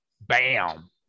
bam